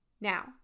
Now